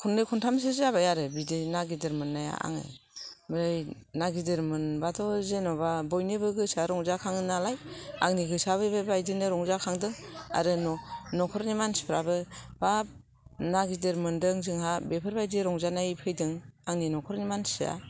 खननै खनथामसो जाबाय आरो बिदि ना गिदिर मोननाया आङो बै ना गिदिर मोनबाथ' जेन'बा बयनिबो गोसोआ रंजाखाङो नालाय आंनि गोसोआबो बेबादिनो रंजाखांदों आरो न'खरनि मानसिफोराबो बाब ना गिदिर मोनदों जोंहा बेफोर बादि रंजानाय फैदों आंनि न'खरनि मानसिया